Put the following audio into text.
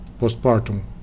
postpartum